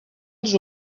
els